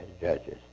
judges